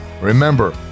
remember